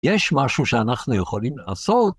‫יש משהו שאנחנו יכולים לעשות.